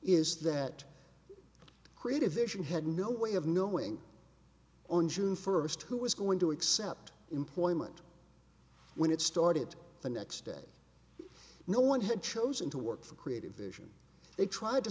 is that creative vision had no way of knowing on june first who was going to accept employment when it started the next day no one had chosen to work for creative vision they tried to